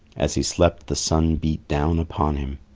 as he slept, the sun beat down upon him.